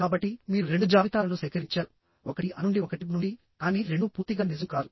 కాబట్టి మీరు రెండు జాబితాలను సేకరించారు ఒకటి A నుండి ఒకటి B నుండి కానీ రెండూ పూర్తిగా నిజం కాదు